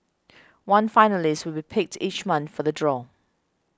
one finalist will picked each month for the draw